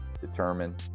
determine